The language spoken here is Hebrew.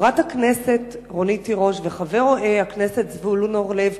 חברת הכנסת רונית תירוש וחבר הכנסת זבולון אורלב